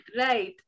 Right